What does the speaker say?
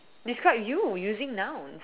describe you using nouns